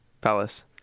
Palace